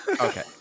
Okay